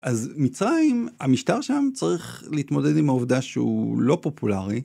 אז מצרים המשטר שם צריך להתמודד עם העובדה שהוא לא פופולרי.